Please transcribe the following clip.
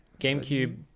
Gamecube